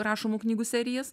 rašomų knygų serijas